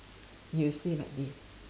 he will say like this